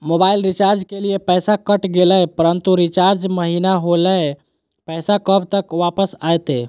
Mobile recharge के लिए पैसा कट गेलैय परंतु रिचार्ज महिना होलैय, पैसा कब तक वापस आयते?